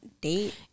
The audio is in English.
date